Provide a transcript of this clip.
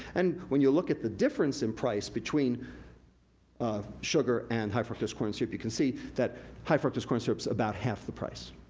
and when you look at the difference in price between sugar and high fructose corn syrup, you can see that high fructose corn syrup's about half the price.